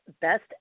best